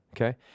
Okay